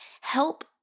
help